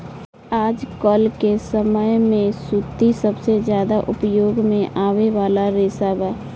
आजकल के समय में सूती सबसे ज्यादा उपयोग में आवे वाला रेशा बा